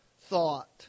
thought